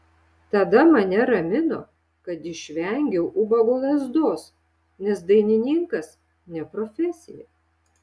tada mane ramino kad išvengiau ubago lazdos nes dainininkas ne profesija